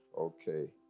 okay